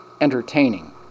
entertaining